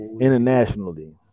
internationally